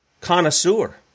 connoisseur